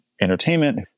Entertainment